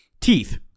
Teeth